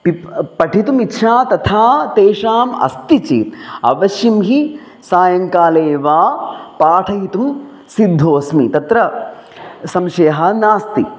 पिप् पठितुम् इच्छा तथा तेषाम् अस्ति चेत् अवश्यं हि सायङ्काले वा पाठयितुं सिद्धो अस्मि तत्र संशयः नास्ति